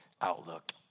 outlook